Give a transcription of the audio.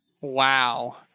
wow